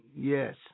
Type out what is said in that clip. Yes